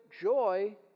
joy